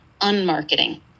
unmarketing